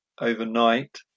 overnight